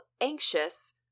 anxious